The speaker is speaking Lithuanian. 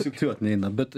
skaičiuot neina bet